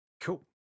cool